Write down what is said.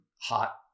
hot